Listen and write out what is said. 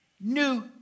new